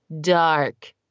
dark